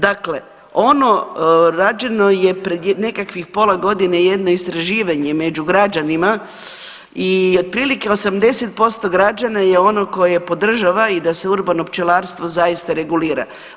Dakle, ono rađeno je pred nekakvih pola godine i jedno istraživanje među građanima i otprilike 80% građana je ono koje podržava i da se urbano pčelarstvo zaista regulira.